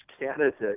candidate